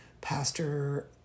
pastor